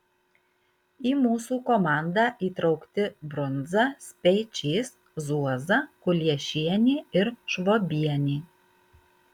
į mūsų komandą įtraukti brunza speičys zuoza kuliešienė ir švobienė